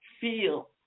feel